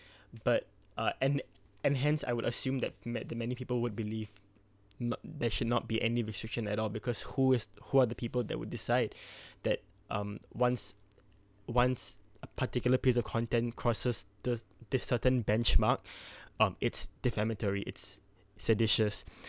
but uh and and hence I would assume that ma~ the many people would believe not there should not be any restriction at all because who is who are the people that would decide that um once once a particular piece of content crosses the the certain benchmark um it’s defamatory it’s seditious